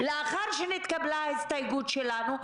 לאחר שנתקבלה ההסתייגות שלנו,